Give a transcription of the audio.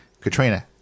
Katrina